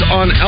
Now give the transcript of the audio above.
on